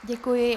Děkuji.